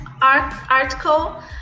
article